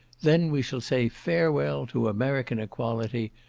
then we shall say farewell to american equality,